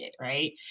right